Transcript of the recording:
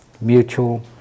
mutual